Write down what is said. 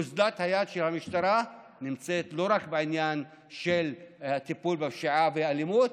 אוזלת היד של המשטרה נמצאת לא רק בעניין הטיפול בפשיעה והאלימות,